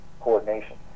coordination